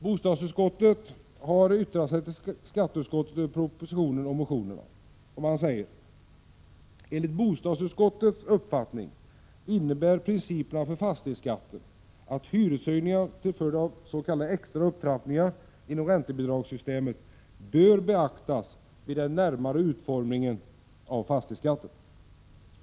Bostadsutskottet har yttrat sig till skatteutskottet över propositionen och motionerna: ”Enligt bostadsutskottets uppfattning innebär principerna för fastighetsskatten att hyreshöjningar till följd av s.k. extra upptrappningar inom räntebidragssystemet bör beaktas vid den närmare utformningen av fastighetsskatten.